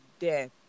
death